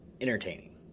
entertaining